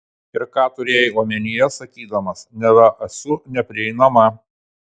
ir ką turėjai omenyje sakydamas neva esu neprieinama